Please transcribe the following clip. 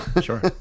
sure